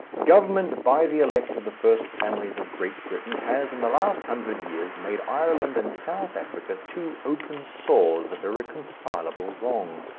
government by the elect of the first families of great britain has in the last hundred years made ireland and south africa two open sores of irreconcilable wrong.